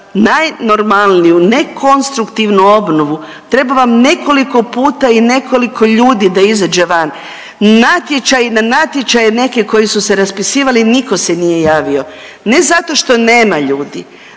za najnormalniju nekonstruktivnu obnovu treba vam nekoliko puta i nekoliko ljudi da izađe van. Natječaji, na natječaje neke koji su se raspisivali niko se nije javio ne zato što nema ljudi,